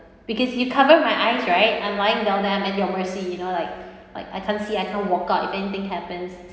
because you cover my eyes right I'm lying down there at your mercy you know like like I can't see I can't walk out if anything happens